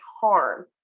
harm